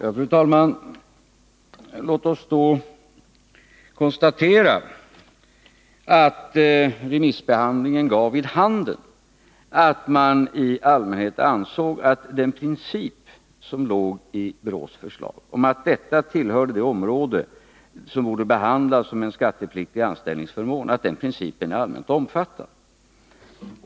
Fru talman! Låt oss då konstatera att remissbehandlingen gav vid handen att den princip som låg i BRÅ:s förslag — att detta tillhörde den kategori som borde behandlas som en skattepliktig anställningsförmån — är allmänt omfattad.